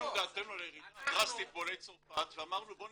נתנו את דעתנו על הירידה הדרסטית בעולי צרפת ואמרנו בואו